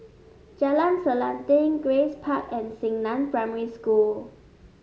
Jalan Selanting Grace Park and Xingnan Primary School